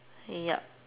yup